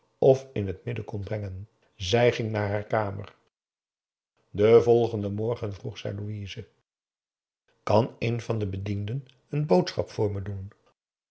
of in het midden kon brengen zij ging naar haar kamer den volgenden morgen vroeg zij louise kan een van de bedienden n boodschap voor me doen